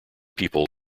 people